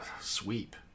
sweep